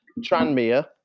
Tranmere